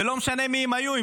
ולא משנה מי הם היו,